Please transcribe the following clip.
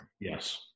Yes